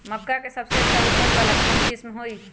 मक्का के सबसे अच्छा उपज वाला कौन किस्म होई?